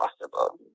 possible